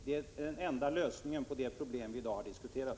Det är den enda lösningen på det problem som vi i dag har diskuterat.